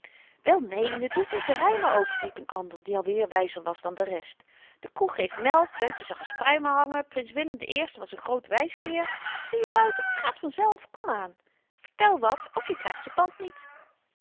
wel neen t hoeft niet te rymen ook riep n ander die al weer wyzer was dan de rest de koe geeft melk jantje zag eens pruimpjes hangen prins willem de eerste was n groot wysgeer zieje wouter t gaat vanzelf komaan vertel wat of je krygt je pand niet